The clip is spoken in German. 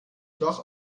doch